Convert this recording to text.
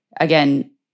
again